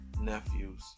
nephews